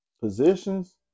Positions